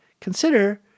Consider